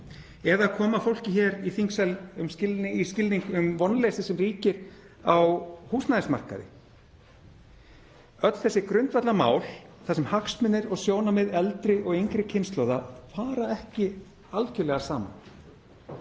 eða koma fólki hér í þingsal í skilning um vonleysið sem ríkir á húsnæðismarkaði, að í öllum þessum grundvallarmálum fara hagsmunir og sjónarmið eldri og yngri kynslóða ekki algerlega saman.